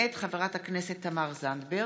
מאת חברת הכנסת תמר זנדברג,